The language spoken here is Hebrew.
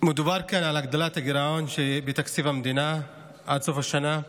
מדובר כאן על הגדלת הגירעון בתקציב המדינה עד סוף השנה.